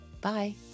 bye